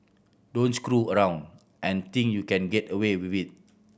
don't screw around and think you can get away with